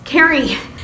Carrie